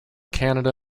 canada